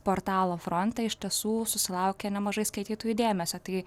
portalo fronte iš tiesų susilaukia nemažai skaitytojų dėmesio tai